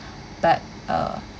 but uh